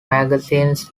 magazines